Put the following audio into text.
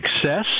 success